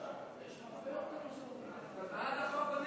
אתה בעד החוק או נגד החוק?